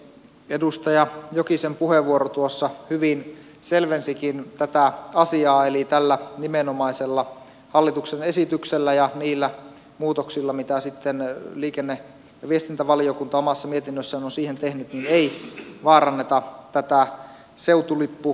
edustaja jokisen puheenvuoro tuossa hyvin selvensikin tätä asiaa eli tällä nimenomaisella hallituksen esityksellä ja niillä muutoksilla mitä liikenne ja viestintävaliokunta omassa mietinnössään on siihen tehnyt ei vaaranneta tätä seutulippukäytäntöä